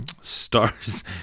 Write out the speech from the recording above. Stars